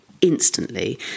instantly